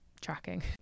tracking